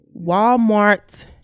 Walmart